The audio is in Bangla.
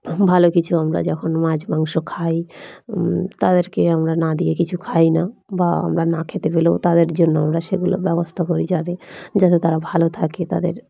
ভালো কিছু আমরা যখন মাছ মাংস খাই তাদেরকে আমরা না দিয়ে কিছু খাই না বা আমরা না খেতে পেলেও তাদের জন্য আমরা সেগুলোর ব্যবস্থা করি যানে যাতে তারা ভালো থাকে তাদের